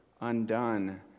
undone